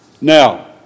Now